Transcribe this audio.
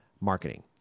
marketing